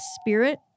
spirit